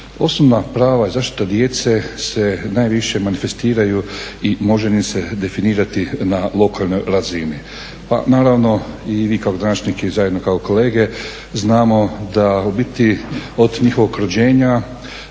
osnovna prava i zaštita djece se najviše manifestiraju i može ih se definirati i na lokalnoj razini. Pa naravno i vi, kao gradonačelnik i zajedno kao kolege znamo da u biti od njihovog rođenja